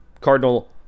Cardinal